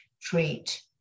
treat